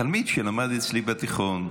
תלמיד שלמד אצלי בתיכון,